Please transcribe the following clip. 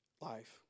life